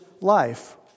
life